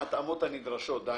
שזה יהיה בהתאמות הנדרשות.